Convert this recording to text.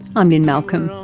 i'm lynne malcolm,